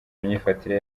myifatire